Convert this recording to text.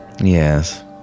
Yes